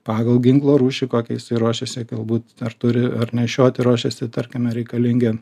pagal ginklo rūšį kokią jisai ruošiasi galbūt ar turi ar nešioti ruošiasi tarkime reikalingi